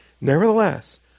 Nevertheless